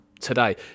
today